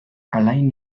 alain